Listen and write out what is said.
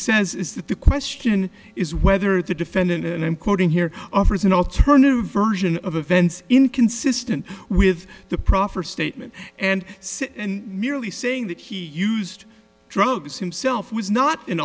that the question is whether the defendant and i'm quoting here offers an alternative version of events inconsistent with the proffer statement and merely saying that he used drugs himself was not an